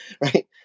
right